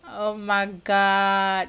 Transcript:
oh my god